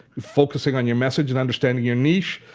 focusing on your message and understanding your niche.